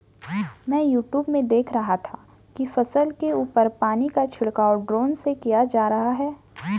मैं यूट्यूब में देख रहा था कि फसल के ऊपर पानी का छिड़काव ड्रोन से किया जा रहा है